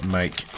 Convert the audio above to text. make